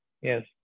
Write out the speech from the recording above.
yes